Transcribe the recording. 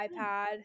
iPad